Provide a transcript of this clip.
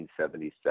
1977